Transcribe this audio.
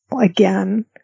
again